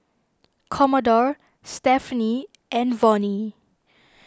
Commodore Stephaine and Vonnie